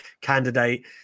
candidate